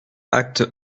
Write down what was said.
acte